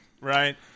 right